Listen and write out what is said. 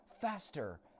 Faster